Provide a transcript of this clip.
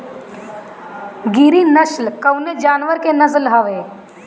गिरी नश्ल कवने जानवर के नस्ल हयुवे?